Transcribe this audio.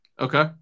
okay